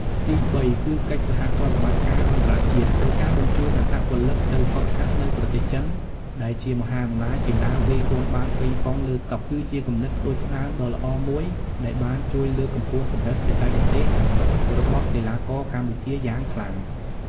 ទីបី គឺកិច្ចសហប្រតិបត្តិការអន្តរជាតិ ដោយការបញ្ជូនអត្តពលិកទៅហ្វឹកហាត់នៅប្រទេសចិន ដែលជាមហាអំណាចកីឡាវាយកូនបាល់ប៉េងប៉ុង លើតុ គឺជាគំនិតផ្តួចផ្ដើមដ៏ល្អមួយដែលបានជួយលើកកម្ពស់កម្រិតបច្ចេកទេសរបស់កីឡាករកម្ពុជាយ៉ាងខ្លាំង។